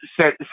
set